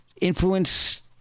influence